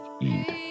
eat